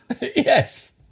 Yes